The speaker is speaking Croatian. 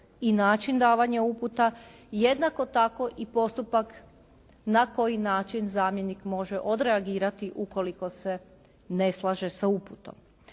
i način davanja uputa jednako tako i postupak na koji način zamjenik može odreagirati ukoliko se ne slaže sa uputom.